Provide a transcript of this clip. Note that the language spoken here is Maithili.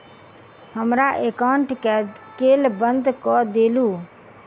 हमरा एकाउंट केँ केल बंद कऽ देलु?